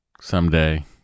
Someday